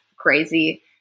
crazy